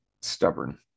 stubborn